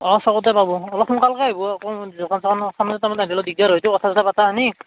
অঁ চকতে পাবো অলপ সোনকালকৈ আহিব আকৌ দোকান চোকান সামৰবেৰ টাইমত আইহ্লি অলপ দিগদাৰ হয়তো কথা চথা পাতাখিনি